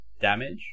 damage